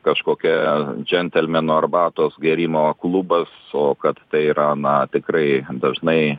kažkokie džentelmeno arbatos gėrimo klubas o kad tai yra na tikrai dažnai